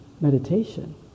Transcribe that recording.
meditation